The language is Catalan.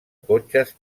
cotxes